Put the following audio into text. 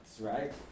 right